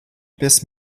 bis